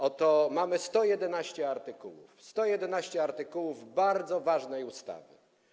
Oto mamy 111 artykułów, 111 artykułów bardzo ważnej ustawy.